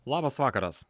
labas vakaras